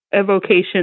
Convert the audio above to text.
evocation